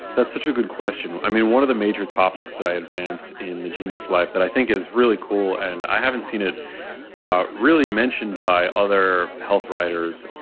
that's such a good question. i mean, one of the major topics that i advanced in the genius life that i think is really cool, and i haven't seen it ah really mentioned by other health writers,